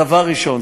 דבר ראשון,